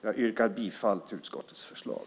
Jag yrkar bifall till utskottets förslag.